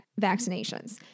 vaccinations